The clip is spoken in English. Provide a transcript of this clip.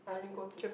I only go to